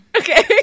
Okay